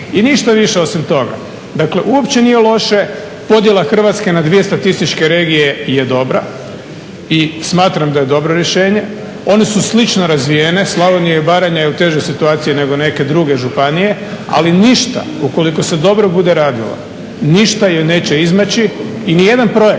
i ništa više osim toga. Dakle uopće nije loše, podjela Hrvatske na dvije statističke regije je dobra i smatram da je dobro rješenje. one su lično razvijene, Slavonija i Baranja je u težoj situaciji nego neke druge županije ali ništa ukoliko se dobro bude radilo ništa je neće izmaći i nijedan projekt